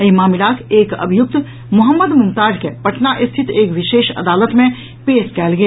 एहि मामिलाक एक अभियुक्त मोहम्मद मुमताज के पटना स्थित एक विशेष अदालत मे पेश कयल गेल